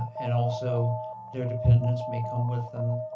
and also their dependents may come with them.